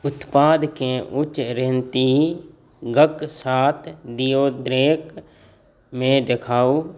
उत्पादकें उच्च रेटिंगक साथ डिओड्रेंट मे देखाऊ